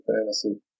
fantasy